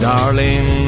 Darling